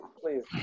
please